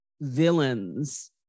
villains